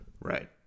right